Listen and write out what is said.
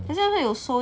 mm